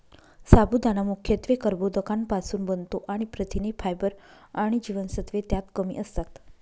साबुदाणा मुख्यत्वे कर्बोदकांपासुन बनतो आणि प्रथिने, फायबर आणि जीवनसत्त्वे त्यात कमी असतात